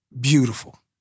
beautiful